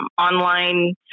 online